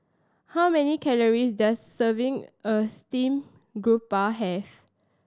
how many calories does serving a steamed garoupa have